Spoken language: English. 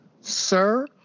Sir